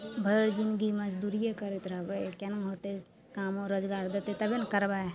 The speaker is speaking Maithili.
भरि जिनगी मजदूरिए करैत रहबै कोना होतै कामो रोजगार देतै तभिए ने करबै